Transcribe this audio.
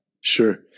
Sure